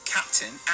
Captain